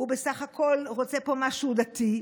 הוא בסך הכול רוצה פה משהו דתי,